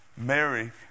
Mary